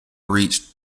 reached